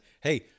hey